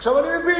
עכשיו, אני מבין: